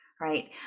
right